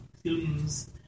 films